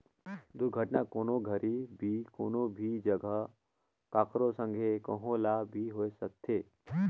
दुरघटना, कोनो घरी भी, कोनो भी जघा, ककरो संघे, कहो ल भी होए सकथे